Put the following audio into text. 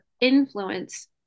influence